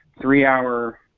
three-hour